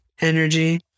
energy